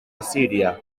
assíria